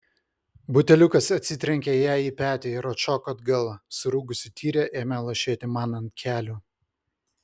buteliukas atsitrenkė jai į petį ir atšoko atgal surūgusi tyrė ėmė lašėti man ant kelių